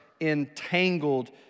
entangled